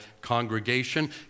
congregation